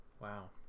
Wow